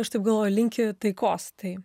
aš taip galvoju linki taikos tai